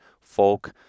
folk